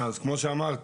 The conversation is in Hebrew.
אז כמו שאמרתי,